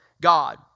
God